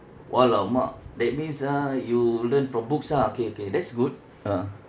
!alamak! that means ah you learn from books ah okay okay that's good ah